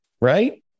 Right